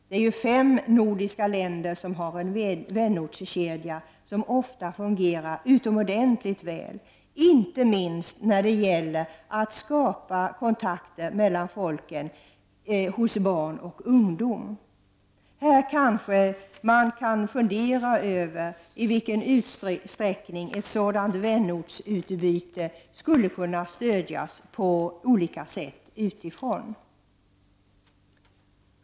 Det är ju fem nordiska länder som har en vänortskedja, och den fungerar ofta utomordentligt väl, inte minst när det gäller att skapa kontakter mellan folken bland barn och ungdom. Här kanske man kan fundera över i vilken utsträckning ett sådant vänortsutbyte skulle kunna stödjas på olika sätt utifrån.